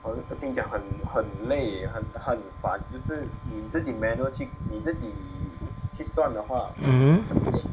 mmhmm